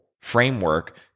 framework